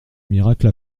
miracle